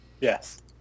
Yes